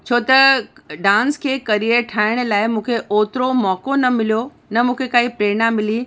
छो त डांस खे करियर ठाहिण लाइ मूंखे ओतिरो मौक़ो न मिलियो न मूंखे काई प्रेरणा मिली